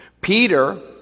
Peter